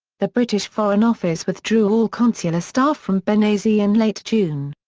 the british foreign office withdrew all consular staff from benghazi in late june.